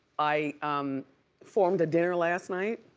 i formed a dinner last night.